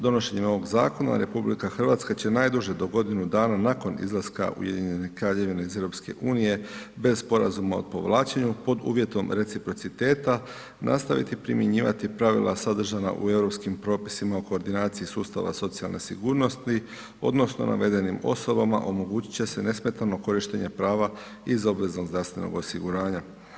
Donošenjem ovoga zakona Republika Hrvatska će najduže do godinu dana nakon izlaska Ujedinjene Kraljevine iz Europske unije bez sporazuma o povlačenju pod uvjetom reciprociteta nastaviti primjenjivati pravila sadržana u europskim propisima o koordinaciji sustava socijalne sigurnosti odnosno navedenim osobama omogućit će se nesmetano korištenje prava iz obveznog zdravstvenog osiguranja.